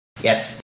Yes